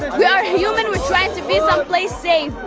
we are human, we are trying to be someplace safe.